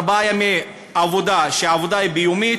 ארבעה ימי עבודה כשהעבודה היא יומית,